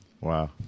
Wow